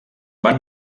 van